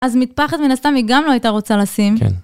אז מטפחת, מן הסתם, היא גם לא הייתה רוצה לשים.